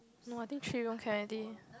no I think three room can already